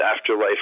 afterlife